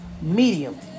medium